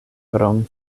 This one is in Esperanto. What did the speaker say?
krom